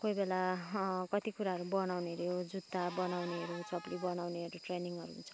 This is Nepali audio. कोही बेला कति कुराहरू बनाउनेहरू जुत्ता बनाउनेहरू चप्ली बनाउनेहरू ट्रेनिङहरू हुन्छ